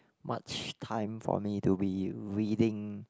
much time for me to be reading